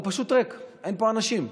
הוא פשוט ריק, אין פה אנשים.